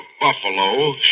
Buffalo